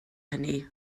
hynny